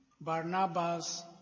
Barnabas